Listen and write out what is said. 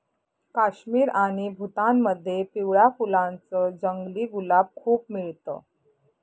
काश्मीर आणि भूतानमध्ये पिवळ्या फुलांच जंगली गुलाब खूप मिळत